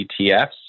ETFs